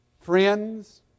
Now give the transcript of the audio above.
friends